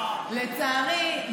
לצערי,